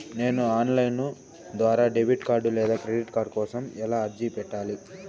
నేను online ద్వారా debit card లేదా క్రెడిట్ కార్డు కోసం ఎలా అర్జీ పెట్టాలి?